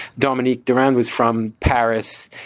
dominique durand was from paris.